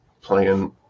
playing